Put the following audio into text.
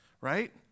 right